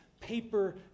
paper